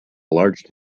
large